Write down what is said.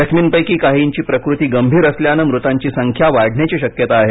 जखमींपैकी काहीची प्रकृती गंभीर असल्यानं मृतांची संख्या वाढण्याची शक्यता आहे